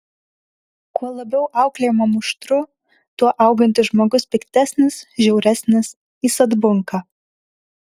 kuo labiau auklėjama muštru tuo augantis žmogus piktesnis žiauresnis jis atbunka